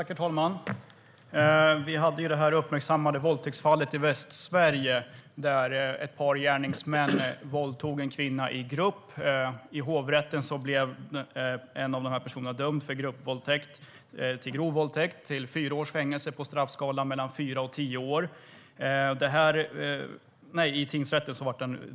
Herr talman! Vi har nyligen kunnat läsa om det uppmärksammade våldtäktsfallet i Västsverige, där ett par män våldtog en kvinna i grupp. I tingsrätten blev en av personerna dömd för grov våldtäkt till fyra års fängelse - straffskalan är mellan fyra och tio år.